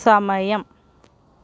സമയം